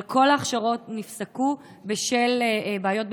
אבל כל ההכשרות נפסקו בשל בעיות בתקצוב.